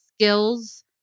skills